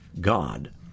God